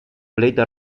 blade